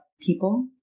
people